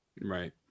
Right